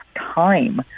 time